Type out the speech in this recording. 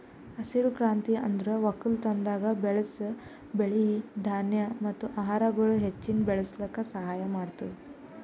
ಹಸಿರು ಕ್ರಾಂತಿ ಅಂದುರ್ ಒಕ್ಕಲತನದಾಗ್ ಬೆಳಸ್ ಬೆಳಿ, ಧಾನ್ಯ ಮತ್ತ ಆಹಾರಗೊಳ್ ಹೆಚ್ಚಿಗ್ ಬೆಳುಸ್ಲುಕ್ ಸಹಾಯ ಮಾಡ್ತುದ್